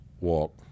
walk